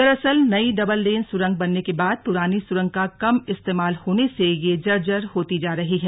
दरअसल नई double lane सुरंग बनने के बाद पुरानी सुरंग का कम इस्तेमाल होने से यह जर्जर होती जा रही है